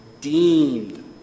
deemed